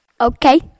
Okay